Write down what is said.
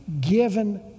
given